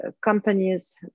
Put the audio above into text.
companies